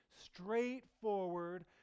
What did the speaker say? straightforward